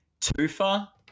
Tufa